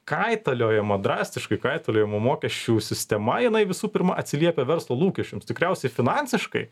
kaitaliojama drastiškai kaitaliojama mokesčių sistema jinai visų pirma atsiliepia verslo lūkesčiams tikriausiai finansiškai